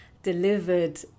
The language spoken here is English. delivered